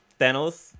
Thanos